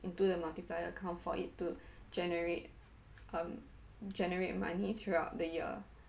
into the multiplier account for it to generate um generate money throughout the year